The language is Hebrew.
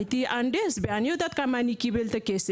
הייתי מהנדסת ואני יודעת כמה כסף קיבלתי,